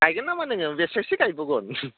गायगोन नामा नोङो बेसेसो गायबावगोन